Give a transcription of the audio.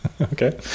Okay